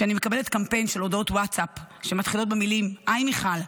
שאני מקבלת קמפיין של הודעות ווטסאפ שמתחילות במילים: היי מיכל,